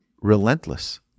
Relentless